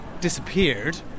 disappeared